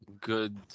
good